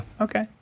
Okay